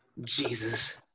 Jesus